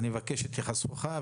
אני מבקש את התייחסותך,